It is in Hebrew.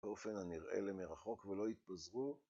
באופן הנראה למרחוק ולא יתפזרו